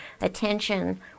attention